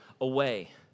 away